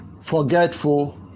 Forgetful